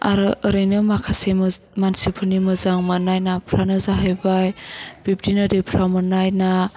आरो ओरैनो माखासे मो मानसिफोरनि मोजां मोन्नाय नाफ्रानो जाहैबाय बिब्दिनो दैफ्राव मोन्नाय ना